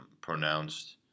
pronounced